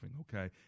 Okay